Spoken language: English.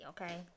Okay